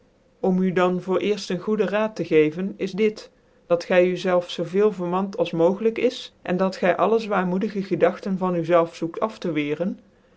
om u dan voor cerft een goede raad te geven is dit dat gy u zelvcn zoo veel vermand als mogelijk is cn dat gy alle zwaarmoedige gedaten van u zelvcn zoekt af te wecren